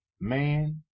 man